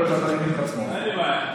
אחד ימין אחד שמאל.